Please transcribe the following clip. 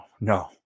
no